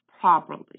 properly